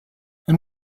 and